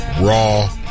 raw